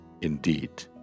Indeed